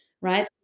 right